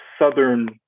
southern